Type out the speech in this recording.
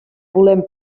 volem